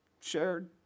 shared